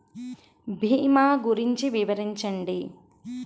భీమా గురించి వివరించండి?